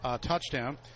touchdown